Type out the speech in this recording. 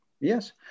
Yes